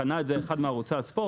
קנה את זה אחד מערוצי הספורט